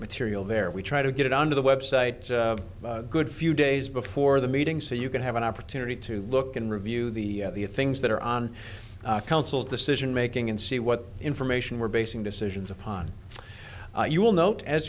material there we try to get it on to the website good few days before the meeting so you can have an opportunity to look and review the things that are on council's decision making and see what information we're basing decisions upon you will note as